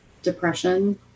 depression